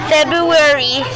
February